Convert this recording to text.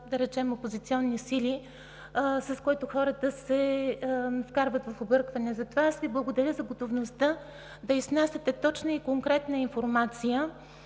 да речем, опозиционни сили, с което хората се вкарват в объркване. Благодаря Ви за готовността да изнасяте точна и конкретна информация,